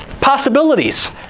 possibilities